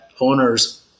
owners